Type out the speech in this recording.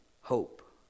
Hope